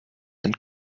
and